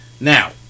Now